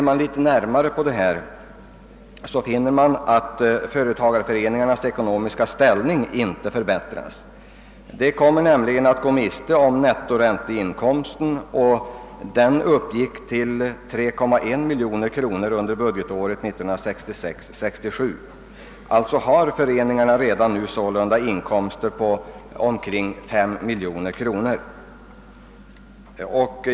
Man finner dock att företagareföreningarnas ekonomiska ställning inte förbättras genom det nu föreslagna beloppet. De kommer nämligen att gå miste om nettoränteinkomsten som de förut fått tillgodoräkna sig. Den uppgick till 3,1 miljoner kronor under budgetåret 1966/67. Alltså har föreningarna redan nu inkomster på cirka 5 miljoner kronor.